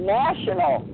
national